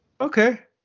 Okay